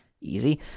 Easy